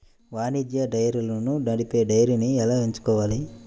వాణిజ్య డైరీలను నడిపే డైరీని ఎలా ఎంచుకోవాలి?